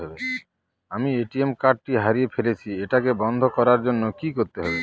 আমি ATM card টি হারিয়ে ফেলেছি এটাকে বন্ধ করার জন্য কি করতে হবে?